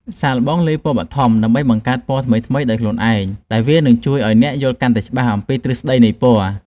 សាកល្បងលាយពណ៌បឋមដើម្បីបង្កើតពណ៌ថ្មីៗដោយខ្លួនឯងដែលវានឹងជួយឱ្យអ្នកយល់កាន់តែច្បាស់អំពីទ្រឹស្តីនៃពណ៌។